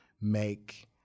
make